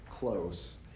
close